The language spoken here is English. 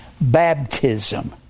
baptism